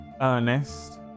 Ernest